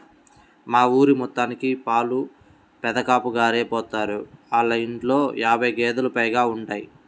మా ఊరి మొత్తానికి పాలు పెదకాపుగారే పోత్తారు, ఆళ్ళ ఇంట్లో యాబై గేదేలు పైగా ఉంటయ్